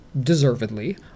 deservedly